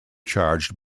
charged